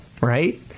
Right